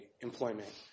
employment